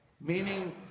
Meaning